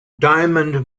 diamond